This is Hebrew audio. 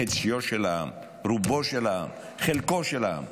חציו של העם, רובו של העם, חלקו של העם,